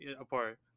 apart